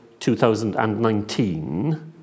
2019